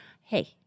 hey